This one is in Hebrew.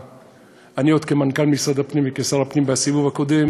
עוד כמנכ"ל משרד הפנים וכשר הפנים בסיבוב הקודם